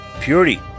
Purity